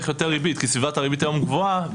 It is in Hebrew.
יותר ריבית כי סביבת הריבית היום גבוהה,